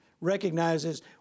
recognizes